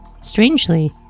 Strangely